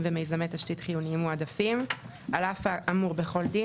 ומיזמי תשתית חיוניים מועדפים 3. על אף האמור בכל דין,